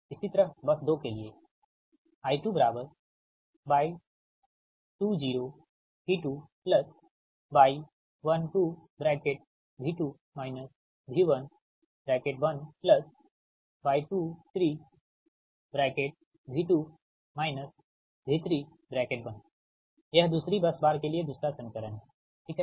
इसी तरह बस 2 के लिए यह दूसरी बस बार के लिए दूसरा समीकरण है ठीक है